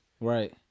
right